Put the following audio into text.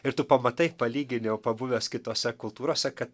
ir tu pamatai palygini jau pabuvęs kitose kultūrose kad